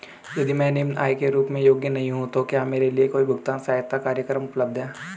यदि मैं निम्न आय के रूप में योग्य नहीं हूँ तो क्या मेरे लिए कोई भुगतान सहायता कार्यक्रम उपलब्ध है?